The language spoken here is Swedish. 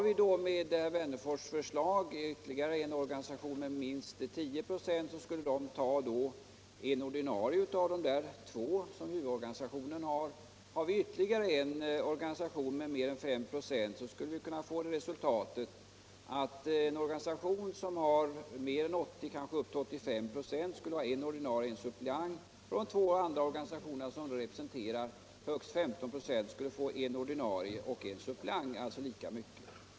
Finns det, med herr Wennerfors förslag, ytterligare en organisation med minst 10 96 av de anställda skulle den organisationen ta en ordinarie ledamot av de två huvudorganisationen har. Finns det ytterligare en organisation med mer än 5 96 skulle resultatet kunna bli att en organisation med 80-85 96 av de anställda får en ordinarie ledamot och en suppleant, och de två andra organisationerna — som representerar högst 15 96 av de anställda — skulle få en ordinarie ledamot och en suppleant, alltså lika mycket.